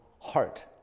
heart